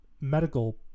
medical